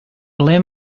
ble